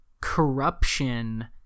corruption